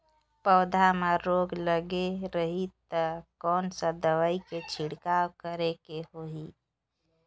पौध मां रोग लगे रही ता कोन सा दवाई के छिड़काव करेके होही?